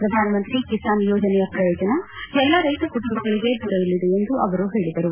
ಪ್ರಧಾನಮಂತ್ರಿ ಕಿಸಾನ್ ಯೋಜನೆಯ ಪ್ರಯೋಜನ ಎಲ್ಲಾ ರೈತ ಕುಟುಂಬಗಳಿಗೆ ದೊರೆಯಲಿದೆ ಎಂದು ಅವರು ಪೇಳಿದರು